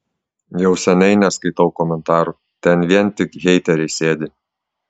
jau seniai neskaitau komentarų ten vien tik heiteriai sėdi